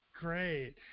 Great